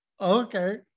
Okay